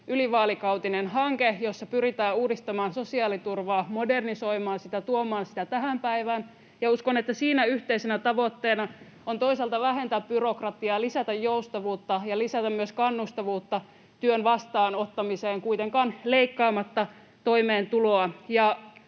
ylivaalikautinen hanke, jossa pyritään uudistamaan sosiaaliturvaa, modernisoimaan sitä, tuomaan sitä tähän päivään. Ja uskon, että siinä yhteisenä tavoitteena on toisaalta vähentää byrokratiaa ja lisätä joustavuutta ja lisätä myös kannustavuutta työn vastaanottamiseen kuitenkaan leikkaamatta toimeentuloa.